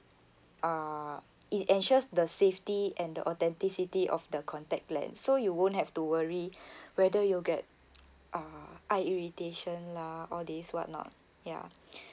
uh it ensures the safety and the authenticity of the contact lens so you won't have to worry whether you'll get uh eye irritation lah all these whatnot ya